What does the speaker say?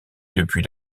depuis